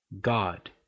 God